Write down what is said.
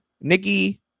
Nikki